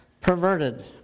Perverted